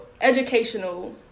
educational